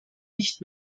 nicht